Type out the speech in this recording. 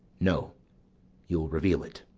no you'll reveal it.